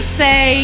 say